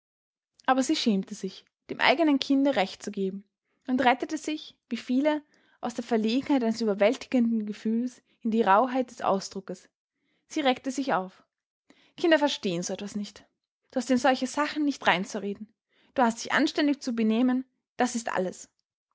aber sie schämte sich dem eigenen kinde recht zu geben und rettete sich wie viele aus der verlegenheit eines überwältigenden gefühls in die rauheit des ausdrucks sie reckte sich auf kinder verstehen so etwas nicht du hast in solche sachen nicht dreinzureden du hast dich anständig zu benehmen das ist alles